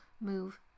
move